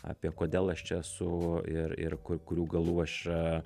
apie kodėl aš čia esu ir ir kur kurių galų aš čia